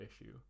issue